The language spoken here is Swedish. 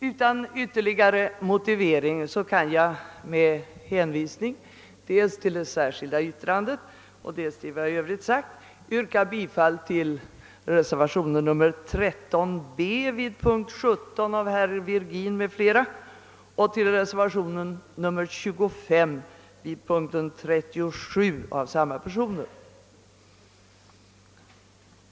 Utan ytterligare motivering kan jag med hänvisning dels till det särskilda yttrandet, dels till vad jag i övrigt sagt yrka bifall till reservationerna 13 b och 25, vilka avgivits av företrädare för moderata samlingspartiet i utskottet.